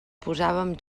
posàvem